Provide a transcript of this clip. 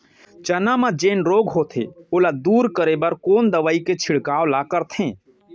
चना म जेन रोग होथे ओला दूर करे बर कोन दवई के छिड़काव ल करथे?